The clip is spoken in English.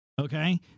okay